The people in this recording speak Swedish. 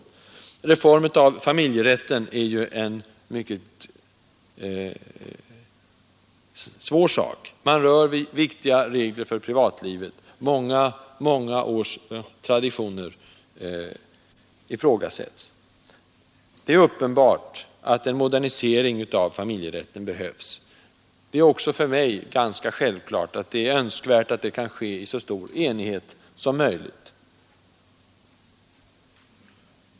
En reform av familjerätten är ju en mycket svår sak. Man rör vid viktiga regler för privatlivet. Många års traditioner ifrågasätts. Det är uppenbart att en modernisering av familjerätten behövs. Det är också för mig ganska självklart att det är önskvärt att den kan ske i så stor enighet som möjligt.